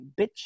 bitch